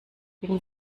wegen